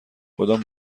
کدام